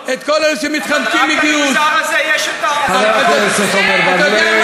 למי שמשרת שירות מלא.